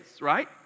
Right